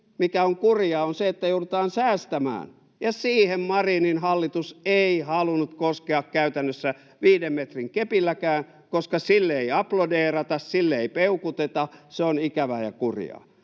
mikä on kurjaa, on se, että joudutaan säästämään, ja siihen Marinin hallitus ei halunnut koskea käytännössä viiden metrin kepilläkään, koska sille ei aplodeerata, sille ei peukuteta, se on ikävää ja kurjaa.